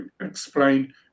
explain